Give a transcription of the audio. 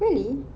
really